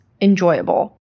enjoyable